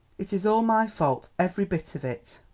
it is all my fault, every bit of it.